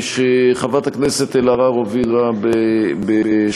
שחברת הכנסת אלהרר הובילה בשעתו.